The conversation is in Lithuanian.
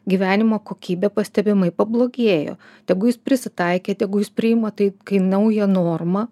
gyvenimo kokybė pastebimai pablogėjo tegu jis prisitaikė tegu jis priima tai kai naują normą